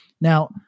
Now